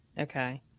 okay